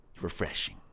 Refreshing